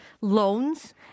loans